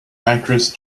actress